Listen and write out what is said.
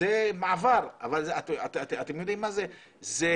זה מעבר, אבל אתם יודעים מה זה?